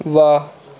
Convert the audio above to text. واہ